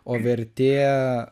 o vertė